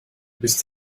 bist